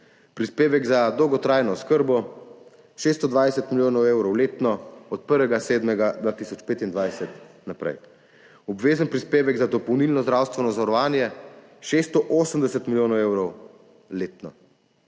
Prispevek za dolgotrajno oskrbo – 620 milijonov evrov letno od 1. 7. 2025 naprej. Obvezen prispevek za dopolnilno zdravstveno zavarovanje – 680 milijonov evrov letno.